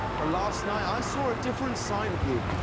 but last night i saw a different side of you.